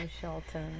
Shelton